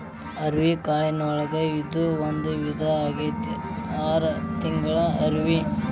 ಅವ್ರಿಕಾಳಿನೊಳಗ ಇದು ಒಂದ ವಿಧಾ ಆಗೆತ್ತಿ ಆರ ತಿಂಗಳ ಅವ್ರಿ